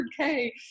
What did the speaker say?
100K